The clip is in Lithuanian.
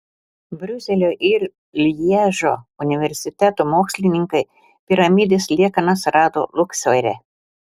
briuselio ir lježo universitetų mokslininkai piramidės liekanas rado luksore